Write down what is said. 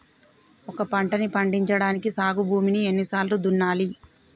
ఒక పంటని పండించడానికి సాగు భూమిని ఎన్ని సార్లు దున్నాలి?